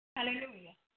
Hallelujah